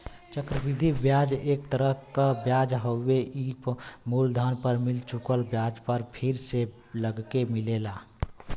चक्र वृद्धि ब्याज एक तरह क ब्याज हउवे ई मूलधन पर मिल चुकल ब्याज पर फिर से लगके मिलेला